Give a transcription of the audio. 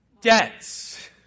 Debts